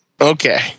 Okay